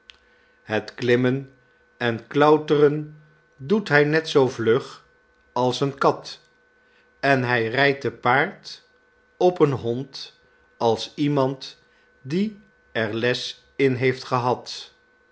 het klimmen en klauteren doet hy net zoo vlug als een kat en hy rijdt te paard op een hond als iemand die er les in heeft gehad